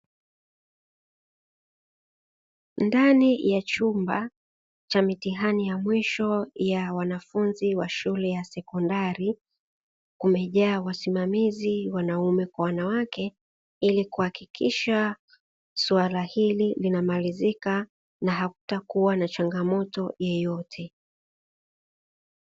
Ndani ya chumba cha mitihani ya mwisho, wanafunzi wa shule ya sekondari, kumejaa wasimamizi wanaume kwa Wanawake ili kuhakikisha swala hili linamalizika na hakutakuwa na changamoto yoyote.